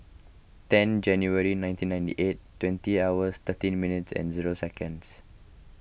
ten January nineteen ninety eight twenty hours thirteen minutes and zero seconds